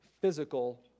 physical